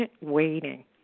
waiting